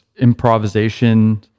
improvisation